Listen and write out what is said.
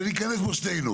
וניכנס בו שנינו.